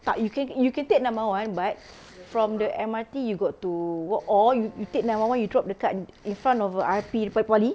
tak you can you can take nine one one but from the M_R_T you got to walk or you you take nine one one you drop dekat in front of err R_P depan poly